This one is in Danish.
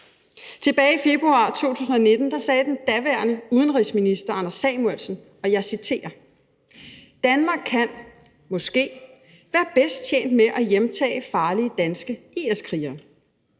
Tilbage i februar 2019 sagde den daværende udenrigsminister Anders Samuelsen, og jeg citerer: »Danmark kan måske være bedst tjent med at hjemtage farlige danske IS-krigere.«